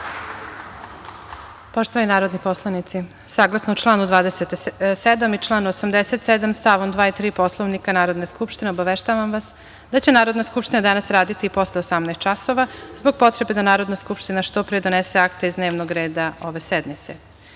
Poštovani narodni poslanici, saglasno članu 27. i članu 87. stavom 2. i 3. Poslovnika Narodne skupštine obaveštavam vas da će Narodna skupština danas raditi posle 18,00 časova zbog potrebe da Narodna skupština što pre donese akte iz dnevnog reda ove sednice.U